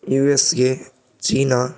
USA China